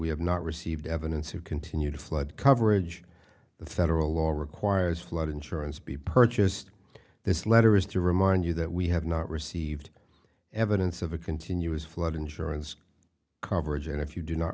we have not received evidence who continue to flood coverage the federal law requires flood insurance be purchased this letter is to remind you that we have not received evidence of a continuous flood insurance coverage and if you do not